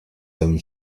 own